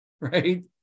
Right